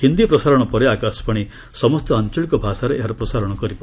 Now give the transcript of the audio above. ହିନ୍ଦୀ ପ୍ରସାରଣ ପରେ ଆକାଶବାଣୀ ସମସ୍ତ ଆଞ୍ଚଳିକ ଭାଷାରେ ଏହାର ପ୍ରସାରଣ କରିବ